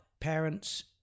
parents